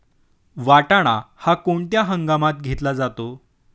वाटाणा हा कोणत्या हंगामात घेतला जातो?